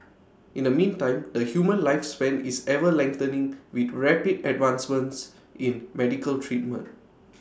in the meantime the human lifespan is ever lengthening with rapid advancements in medical treatment